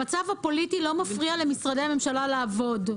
המצב הפוליטי לא מפריע למשרדי הממשלה לעבוד.